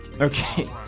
Okay